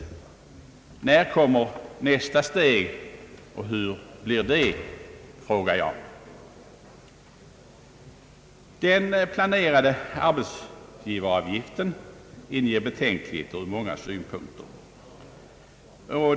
Jag frågar: När kommer nästa steg och hur blir det? Den planerade arbetsgivaravgiften inger betänkligheter ur många synpunkter.